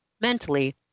mentally